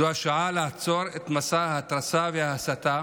זו השעה לעצור את מסע ההתרסה וההסתה